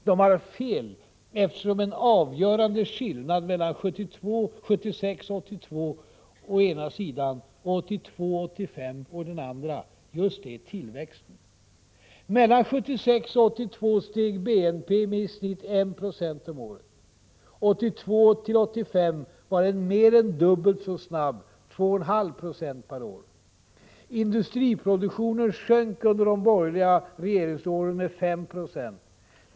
De har fel eftersom en avgörande skillnad mellan 1972, 1976 och 1982 å ena sidan och 1982 och 1985 å den andra just är tillväxten. Mellan 1976 och 1982 steg BNP med i snitt 1 96 om året. 1982-1985 steg den mer än dubbelt så snabbt, 2,5 70 per år. Industriproduktionen sjönk under de borgerliga regeringsåren med 5 90.